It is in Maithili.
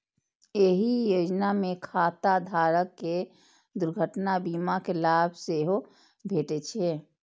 एहि योजना मे खाता धारक कें दुर्घटना बीमा के लाभ सेहो भेटै छै